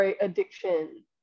addiction